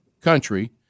country